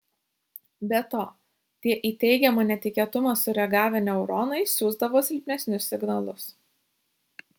be to tie į teigiamą netikėtumą sureagavę neuronai siųsdavo silpnesnius signalus